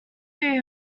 three